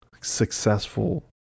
successful